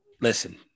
Listen